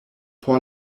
por